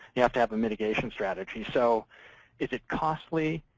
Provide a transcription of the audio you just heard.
you have to have a mitigation strategy. so is it costly?